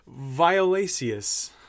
violaceus